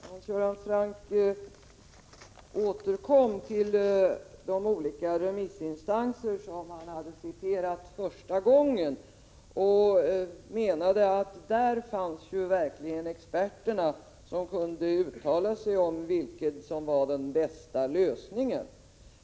Fru talman! Hans Göran Franck återkom till de olika remissinstanser som han citerade i sitt första inlägg och menade att där fanns verkligen experterna som kunde uttala sig om vilken som var den bästa lösningen.